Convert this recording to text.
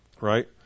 right